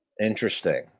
Interesting